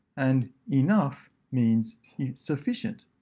and enough means sufficient.